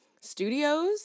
studios